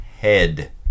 Head